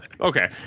Okay